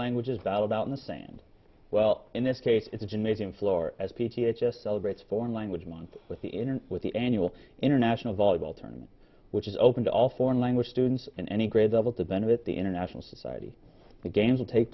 languages not about the same and well in this case is a gymnasium floor as p t a just celebrates foreign language month with the intern with the annual international volleyball tournament which is open to all foreign language students in any grade level to benefit the international society the games will take